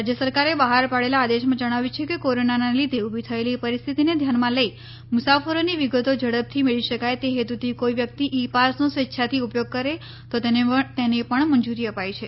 રાજ્ય સરકારે બહાર પાડલે આદેશમાં જણાવ્યું છે કે કોરોનાના લીઘે ઉભી થયેલી પરિસ્થિતીને ધ્યાનમાં લઈને મુસાફરીની વિગતો ઝડપથી મેળવી શકાય તે હેતુથી કોઈ વ્યકિત ઈ પાસનો સ્વેછાથી ઉપયોગ કરે તો તેને પણ મંજૂરી અપાઈ છે